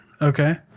okay